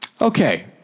Okay